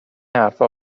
حرفها